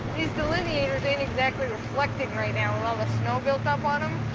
delineators ain't exactly reflecting right now with all the snow built up on em.